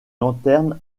lanterne